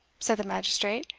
said the magistrate,